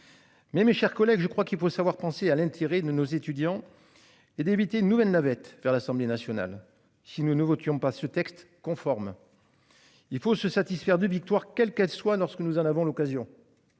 Mais mes chers collègues, je crois qu'il faut savoir penser à l'intérêt de nos étudiants. Et d'éviter une nouvelle navette vers l'Assemblée nationale si nous votions pas ce texte conforme. Il faut se satisfaire de victoire, quelle qu'elle soit lorsque nous en avons l'occasion.